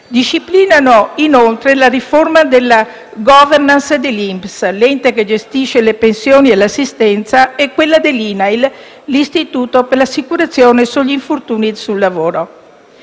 disciplinano inoltre la riforma della *governance* dell'INPS, l'ente che gestisce le pensioni e l'assistenza, e quella dell'Inail, l'Istituto per l'assicurazione sugli infortuni sul lavoro.